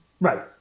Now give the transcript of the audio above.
Right